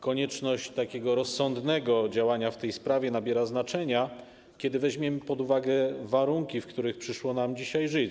Konieczność rozsądnego działania w tej sprawie nabiera znaczenia, kiedy weźmiemy pod uwagę warunki, w których przyszło nam dzisiaj żyć.